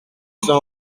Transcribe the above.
sont